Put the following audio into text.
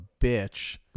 bitch